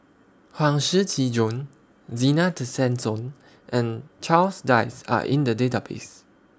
Huang Shiqi Joan Zena Tessensohn and Charles Dyce Are in The Database